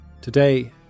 Today